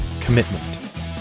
commitment